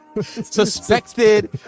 suspected